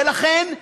ולכן,